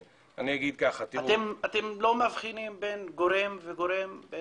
אתם לא מבחינים בין גורם וגורם?